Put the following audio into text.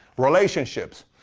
relationships.